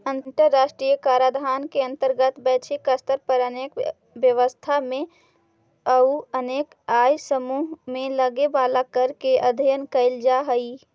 अंतर्राष्ट्रीय कराधान के अंतर्गत वैश्विक स्तर पर अनेक व्यवस्था में अउ अनेक आय समूह में लगे वाला कर के अध्ययन कैल जा हई